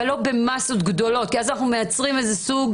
אבל לא במסות גדולות כדי שלא נייצר סוג